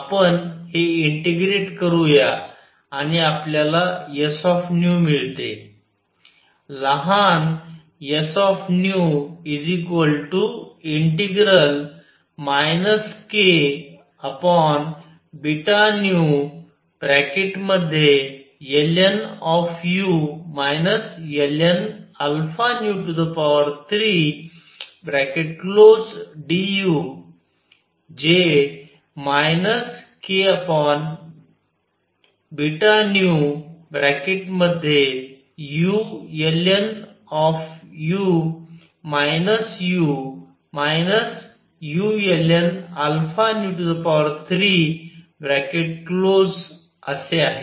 आपण हे इंटिग्रेट करूया आणि आपल्यालाsν मिळते लहान s kβνlnu lnα3du जे kβνulnu u ulnα3असे आहे